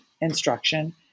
instruction